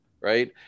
right